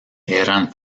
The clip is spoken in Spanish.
eran